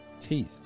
teeth